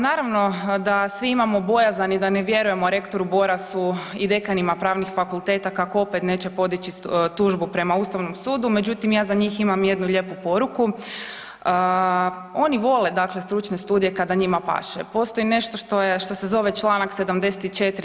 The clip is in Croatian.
Naravno da svi imamo bojazan i da ne vjerujemo rektoru Borasu i dekanima pravnih fakulteta kako opet neće podići tužbu prema Ustavnom sudu međutim ja za njih imam jednu lijepu poruku. oni vole dakle stručne studije kada njima paše, postoji nešto se zove čl. 74.